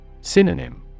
Synonym